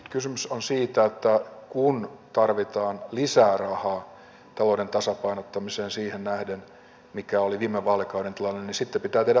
kysymys on siitä että kun tarvitaan lisää rahaa talouden tasapainottamiseen siihen nähden mikä oli viime vaalikauden tilanne niin sitten pitää tehdä uusia toimia